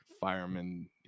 firemen